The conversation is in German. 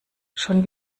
schon